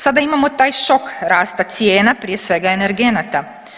Sada imamo taj šok rasta cijena prije svega energenata.